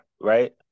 right